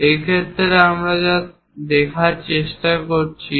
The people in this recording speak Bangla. এই ক্ষেত্রে আমরা যা দেখার চেষ্টা করছি